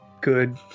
good